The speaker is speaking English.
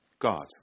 God